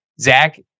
Zach